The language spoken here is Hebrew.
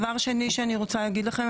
דבר שני שאני רוצה להגיד לכם,